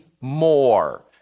more